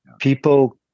People